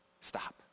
stop